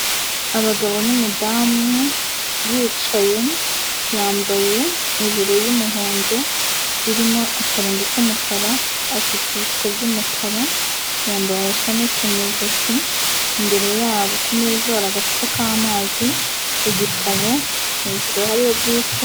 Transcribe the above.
Abagabo n' numudamu bicaye yambaye ijire y'umuhondo irimo akarongo k'umukara asutse ibishuko byumukara, yambaye agashanete mu ijosi, imbere yabo kumeza hari agacupa k'amazi igitabo hejuru hariho bike.